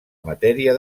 matèria